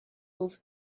over